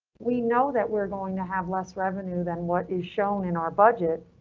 we know that we're going to have less revenue than what is shown in our budget,